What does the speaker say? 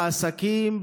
בעסקים,